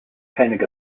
koenig